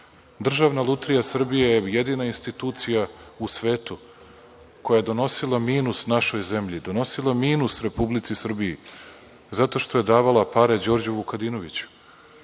Državna lutrija Srbije je jedina institucija u svetu koja je donosila minus našoj zemlji, donosila minus Republici Srbiji, zato što je davala pare Đorđu Vukadinoviću.